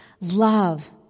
Love